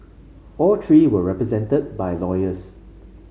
all three were represented by lawyers